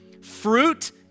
fruit